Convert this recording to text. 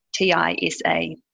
TISA